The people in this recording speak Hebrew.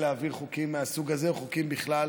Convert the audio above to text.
להעביר חוקים מהסוג הזה או חוקים בכלל,